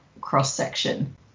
cross-section